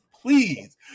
Please